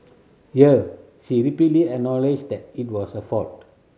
here she repeatedly acknowledged that it was her fault